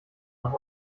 nach